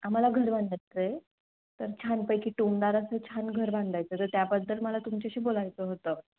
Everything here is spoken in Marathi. आम्हाला घर बांधायचं आहे तर छानपैकी टुमदार असं छान घर बांधायचं तर त्याबद्दल मला तुमच्याशी बोलायचं होतं